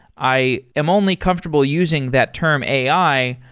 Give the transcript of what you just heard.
i am only comfortable using that term ai,